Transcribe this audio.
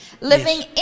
Living